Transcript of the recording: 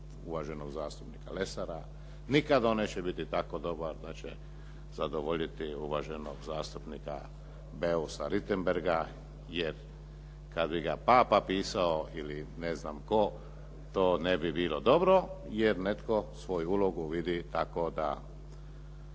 uvaženog zastupnika Lesara, nikad on neće biti tako dobar da će zadovoljiti uvaženog zastupnika Beusa Richembergha jer kad bi ga papa pisao ili ne znam tko to ne bi bilo dobro, jer netko svoju ulogu vidi tako da